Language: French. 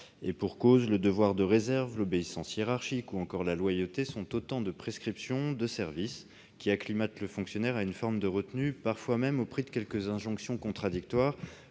Et pour cause : le devoir de réserve, l'obéissance hiérarchique ou encore la loyauté sont autant de prescriptions de service qui acclimatent le fonctionnaire à une forme de retenue, parfois même au prix de quelques injonctions contradictoires.